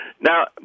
Now